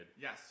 Yes